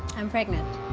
i'm pregnant.